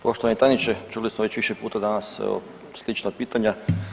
Poštovani tajniče, čuli smo već više puta danas slična pitanja.